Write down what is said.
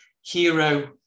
hero